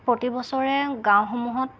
প্ৰতি বছৰে গাঁওসমূহত